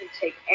take